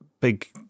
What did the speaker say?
big